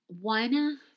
One